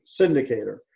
syndicator